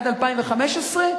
עד 2015,